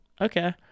okay